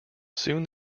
soon